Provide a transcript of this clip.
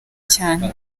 cyane